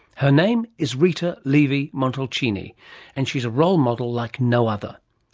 her name is rita levi-montalcini and she's a role model like no other,